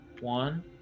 one